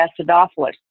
acidophilus